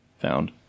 found